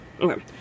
Okay